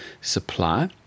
supply